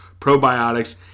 probiotics